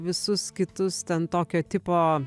visus kitus ten tokio tipo